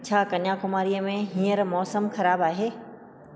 छा कन्याकुमारीअ में हींअर मौसमु ख़राबु आहे